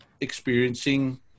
experiencing